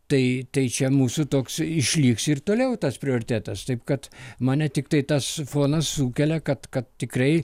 tai tai čia mūsų toks išliks ir toliau tas prioritetas taip kad mane tiktai tas fonas sukelia kad kad tikrai